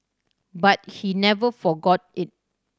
but he never forgot it